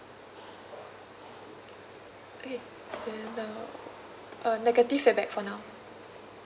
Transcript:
okay then the uh negative feedback for now